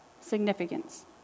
significance